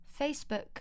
Facebook